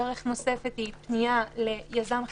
דרך נוספת היא פנייה ליזם חיצוני,